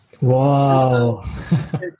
wow